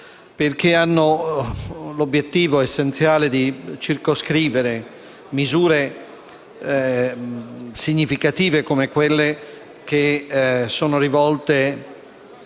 perché hanno l'obiettivo essenziale di circoscrivere misure significative come quelle rivolte